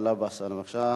בבקשה,